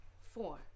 Four